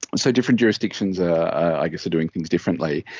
so, different jurisdictions i i guess are doing things differently.